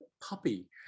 puppy